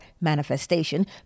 manifestation